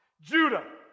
Judah